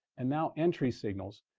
and now entry signals.